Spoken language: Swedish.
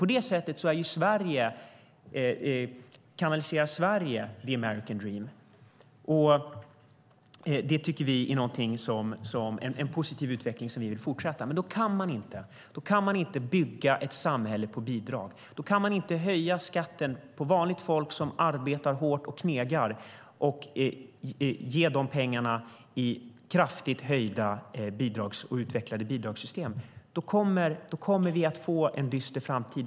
På det sättet kan man säga att Sverige är the American dream. Det tycker vi är en positiv utveckling som vi vill fortsätta. Men då kan vi inte bygga ett samhälle på bidrag. Då kan vi inte höja skatten för vanligt folk som arbetar hårt och knegar och ge de pengarna i kraftigt höjda och utvecklade bidragssystem. Då kommer vi att få en dyster framtid.